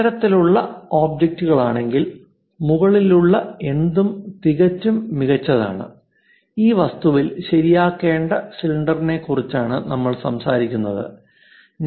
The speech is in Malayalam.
അത്തരത്തിലുള്ള ഒബ്ജക്റ്റുകളാണെങ്കിൽ മുകളിലുള്ള എന്തും തികച്ചും മികച്ചതാണ് ഈ വസ്തുവിൽ ശരിയാക്കേണ്ട സിലിണ്ടറിനെക്കുറിച്ചാണ് നമ്മൾ സംസാരിക്കുന്നതു